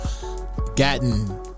gotten